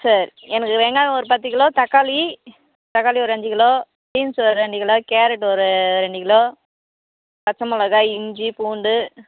சரி எனக்கு வெங்காயம் ஒரு பத்து கிலோ தக்காளி தக்காளி ஒரு அஞ்சு கிலோ பீன்ஸ் ஒரு ரெண்டு கிலோ கேரட்டு ஒரு ரெண்டு கிலோ பச்சை மிளகா இஞ்சி பூண்டு